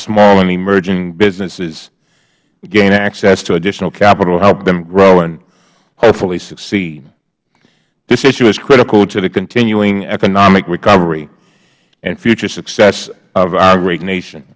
small and emerging businesses gain access to additional capital help them grow and hopefully succeed this issue is critical to the continuing economic recovery and the future success of our great nation